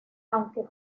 aunque